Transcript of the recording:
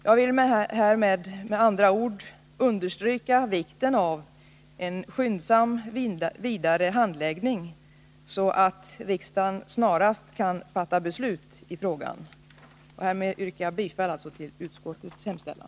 Jag vill härmed, med andra ord, understryka vikten av en skyndsam vidare handläggning, så att riksdagen snarast kan fatta beslut i frågan. Härmed yrkar jag bifall till utskottets hemställan.